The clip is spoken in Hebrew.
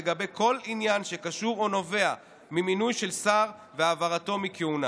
לגבי כל עניין שקשור למינוי של שר והעברתו מכהונה